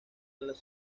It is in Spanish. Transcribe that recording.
los